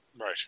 right